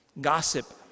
gossip